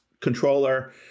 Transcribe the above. controller